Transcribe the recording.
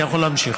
אני יכול להמשיך.